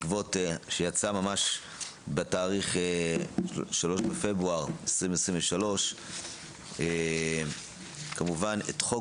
שיצא ממש בתאריך 3.2.23. כמובן את חוק